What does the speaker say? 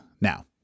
Now